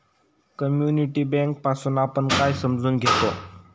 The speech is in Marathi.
कम्युनिटी बँक पासुन आपण काय समजून घेतो?